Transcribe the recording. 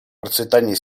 процветание